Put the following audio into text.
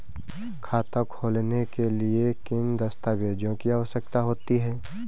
खाता खोलने के लिए किन दस्तावेजों की आवश्यकता होती है?